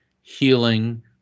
healing